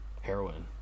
heroin